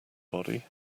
body